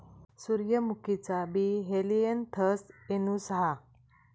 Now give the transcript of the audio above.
सूर्यमुखीचा बी Helianthus annuus हा